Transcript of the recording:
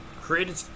created